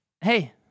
hey